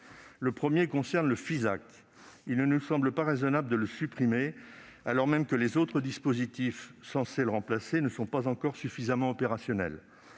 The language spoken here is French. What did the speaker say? Le premier concerne le Fisac, fonds qu'il ne nous semble pas raisonnable de supprimer, alors même que les autres dispositifs censés le remplacer ne sont pas encore suffisamment opérationnels.